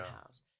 house